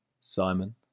Simon